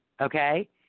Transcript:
Okay